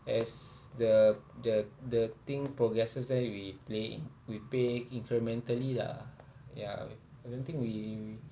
as the the the thing progresses then we play we pay incrementally lah ya I don't think we we we